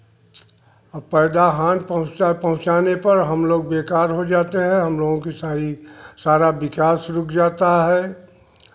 और पैदा हानि पहुँच पहुँचाने पर हम लोग बेकार हो जाते हैं हम लोग की सारी सारा विकास रुक जाता है